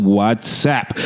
WhatsApp